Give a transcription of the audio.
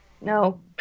No